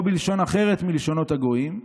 או בלשון אחרת מלשונות הגויים,